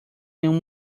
nenhum